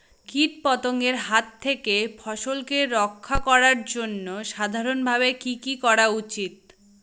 কীটপতঙ্গের হাত থেকে ফসলকে রক্ষা করার জন্য সাধারণভাবে কি কি করা উচিৎ?